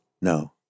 No